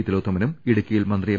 തിലോത്തമനും ഇടുക്കിയിൽ മന്ത്രി എം